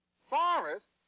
Forests